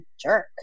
jerk